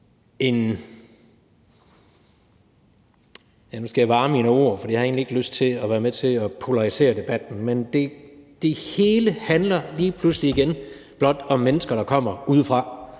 Nu skal jeg vare mig mine ord, for jeg har egentlig ikke lyst til at være med til at polarisere debatten, men det hele handler lige pludselig igen blot om mennesker, der kommer udefra,